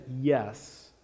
yes